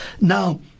Now